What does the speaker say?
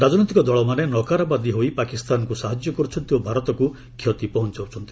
ରାଜନୈତିକ ଦଳମାନେ ନକାରାବାଦୀ ହୋଇ ପାକିସ୍ତାନକୁ ସାହାଯ୍ୟ କରୁଛନ୍ତି ଓ ଭାରତକୁ କ୍ଷତି ପହଞ୍ଚାଉଛନ୍ତି